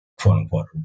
quote-unquote